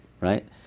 right